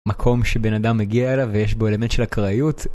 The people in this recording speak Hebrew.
מקום שבן אדם מגיע אליו ויש בו אלמנט של אקראיות.